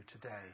today